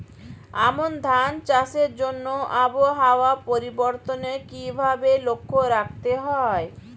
আমন ধান চাষের জন্য আবহাওয়া পরিবর্তনের কিভাবে লক্ষ্য রাখতে হয়?